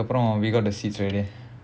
அப்புறம்:appuram we got the seats already